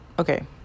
Okay